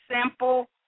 simple